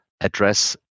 address